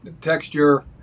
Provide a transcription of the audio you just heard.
texture